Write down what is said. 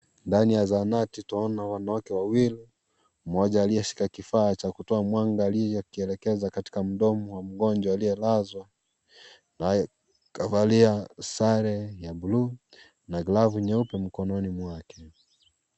Ndani ya zahanati twaona wanawake wawili mmoja aliyeshika kifaa cha kutoa mwangalio akielekeza katika mdomo wa mgonjwa aliyelazwa naye kavalia sare ya bluu na glavu nyeupe mikononi mwake.